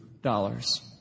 Dollars